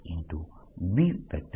B